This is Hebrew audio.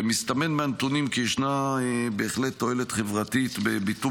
מהנתונים מסתמן כי ישנה בהחלט תועלת חברתית בביטול